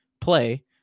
play